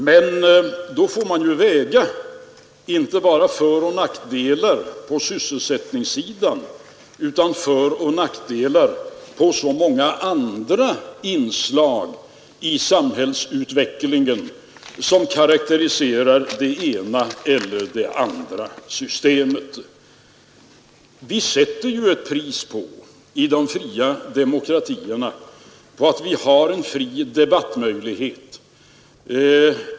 Men då får man ju väga inte bara föroch nackdelar på sysselsättningssidan utan också föroch nackdelar på så många andra sektorer i samhällsutvecklingen som karakteriserar det ena eller det andra systemet. Och i de fria demokratierna sätter vi ju pris på att vi har möjligheter att föra en fri debatt.